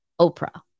Oprah